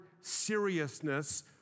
seriousness